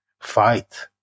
fight